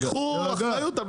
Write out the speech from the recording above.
שייקחו אחריות.